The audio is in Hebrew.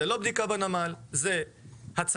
זה לא בדיקה בנמל, זה הצהרה